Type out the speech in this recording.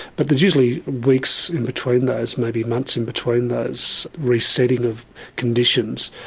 but there's usually weeks in between those, maybe months in between those re-setting of conditions,